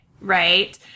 right